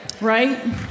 right